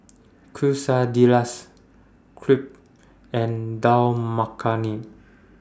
Quesadillas Crepe and Dal Makhani